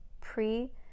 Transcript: pre